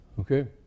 Okay